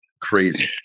Crazy